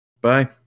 Bye